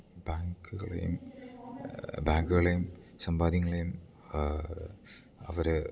ബാങ്ക്കളെയും ബാങ്ക്കളെയും സമ്പാദ്യങ്ങളെയും അവർ